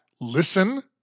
listen